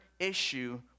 issue